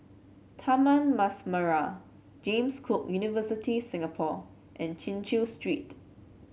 Taman Mas Merah James Cook University Singapore and Chin Chew Street